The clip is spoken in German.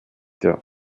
der